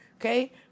Okay